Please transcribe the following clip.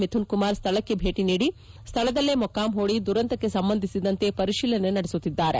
ಮಿಥುನ್ ಕುಮಾರ್ ಸ್ಥಳಕ್ಕೆ ಭೇಟಿ ನೀಡಿ ಸ್ವಳದಲ್ಲೇ ಮೊಕ್ಕಾಂ ಹೂಡಿ ದುರಂತಕ್ಕೆ ಸಂಬಂಧಿಸಿದಂತೆ ಪರಿಶೀಲನೆ ನಡೆಸುತ್ತಿದ್ದಾರೆ